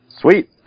sweet